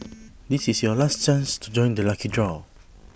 this is your last chance to join the lucky draw